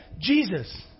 Jesus